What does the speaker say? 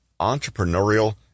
entrepreneurial